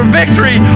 victory